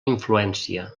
influència